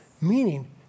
Meaning